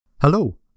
Hello